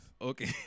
Okay